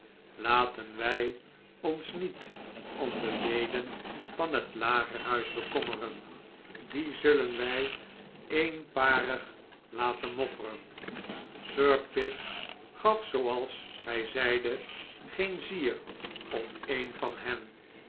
laten wij ons niet om de leden van het lager huis bekommeren die zulleri wij eenparig laten mopperen sir pitt gaf zooals hij zeide geen zier om een van hen